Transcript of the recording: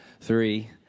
three